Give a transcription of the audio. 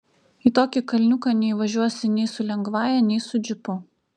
į tokį kalniuką neįvažiuosi nei su lengvąja nei su džipu